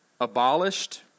abolished